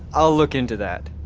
i'll look into that